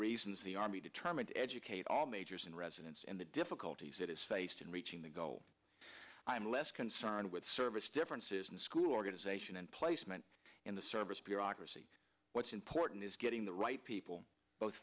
reasons the army determined to educate all majors and residents in the difficulties it has faced in reaching the goal i'm less concerned with service differences in school organization and placement in the service bureaucracy what's important is getting the right people both